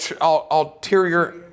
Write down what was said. ulterior